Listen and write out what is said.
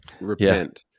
repent